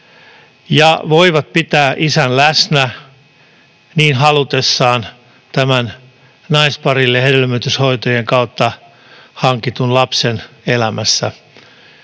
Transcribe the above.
he voivat pitää isän läsnä niin halutessaan tämän naisparille hedelmöityshoitojen kautta hankitun lapsen elämässä,